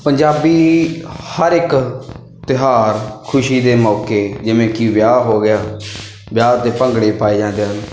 ਪੰਜਾਬੀ ਹਰ ਇੱਕ ਤਿਉਹਾਰ ਖੁਸ਼ੀ ਦੇ ਮੌਕੇ ਜਿਵੇਂ ਕਿ ਵਿਆਹ ਹੋ ਗਿਆ ਵਿਆਹ 'ਤੇ ਭੰਗੜੇ ਪਾਏ ਜਾਂਦੇ ਹਨ